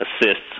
assists